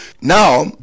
now